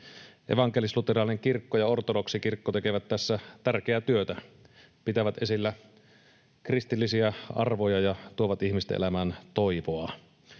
Evankelis-luterilainen kirkko ja ortodoksikirkko tekevät tässä tärkeää työtä, pitävät esillä kristillisiä arvoja ja tuovat ihmisten elämään toivoa.